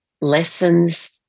lessons